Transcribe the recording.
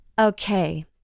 Okay